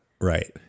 right